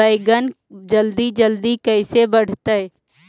बैगन जल्दी जल्दी कैसे बढ़तै?